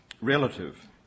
relative